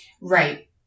Right